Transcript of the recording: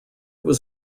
was